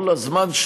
כל הזמן,